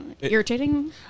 irritating